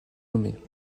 nommés